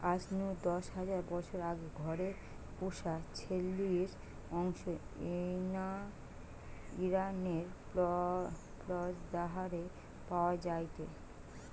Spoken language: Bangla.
আজ নু দশ হাজার বছর আগে ঘরে পুশা ছেলির অংশ ইরানের গ্নজ দারেহে পাওয়া যায়টে